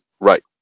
Right